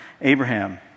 Abraham